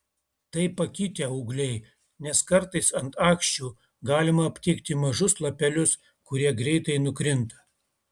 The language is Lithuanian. tai pakitę ūgliai nes kartais ant aksčių galima aptikti mažus lapelius kurie greitai nukrinta